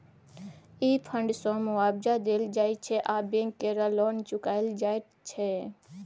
ई fund सँ मुआबजा देल जाइ छै आ बैंक केर लोन चुकाएल जाइत छै